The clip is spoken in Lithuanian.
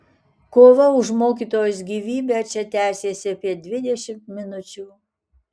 kova už mokytojos gyvybę čia tęsėsi apie dvidešimt minučių